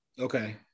okay